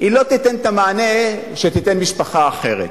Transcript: תיתן את המענה שתיתן משפחה אחרת.